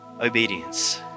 obedience